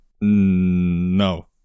No